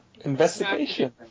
investigation